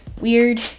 weird